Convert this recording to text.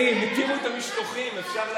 אלי, הם התירו את המשלוחים, אפשר להביא.